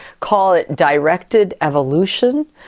call it directed evolution,